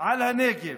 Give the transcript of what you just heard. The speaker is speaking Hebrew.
על הנגב,